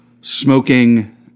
smoking